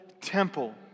temple